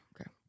Okay